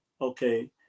okay